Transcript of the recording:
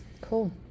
Cool